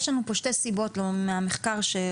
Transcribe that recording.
יש לנו פה שתי סיבות מהמחקר שראינו,